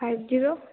five zero